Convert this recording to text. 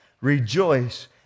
Rejoice